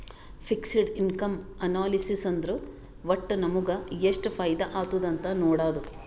fixed income analysis ಅಂದುರ್ ವಟ್ಟ್ ನಮುಗ ಎಷ್ಟ ಫೈದಾ ಆತ್ತುದ್ ಅಂತ್ ನೊಡಾದು